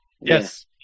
Yes